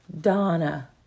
Donna